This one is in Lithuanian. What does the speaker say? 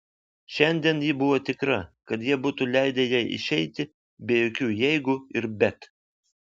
šiandien ji buvo tikra kad jie būtų leidę jai išeiti be jokių jeigu ir bet